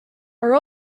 are